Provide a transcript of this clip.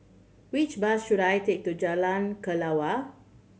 which bus should I take to Jalan Kelawar